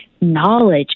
knowledge